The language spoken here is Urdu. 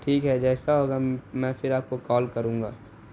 ٹھیک ہے جیسا ہوگا میں پھر آپ کو کال کروں گا